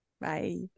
Bye